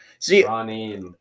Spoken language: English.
See